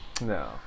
No